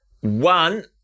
one